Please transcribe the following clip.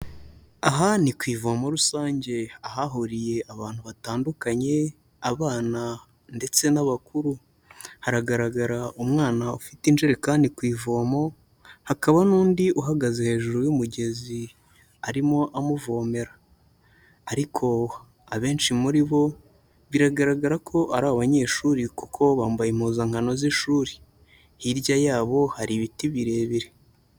Aha nini ku ivo muri rusange ahahuriye abantu batandukanye, abana ndetse n'abakuru. Haragaragara umwana ufite injekani ku ivomo, hakaba n'undi uhagaze hejuru y'umugezi arimo amuvomera. Ariko abenshi muri bo biragaragara ko ari abanyeshuri kuko bambaye impuzankano z'ishuri. Hirya yabo hari ibiti birebire.